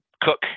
cook